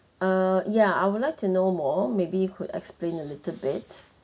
err ya I would like to know more maybe you could explain a little bit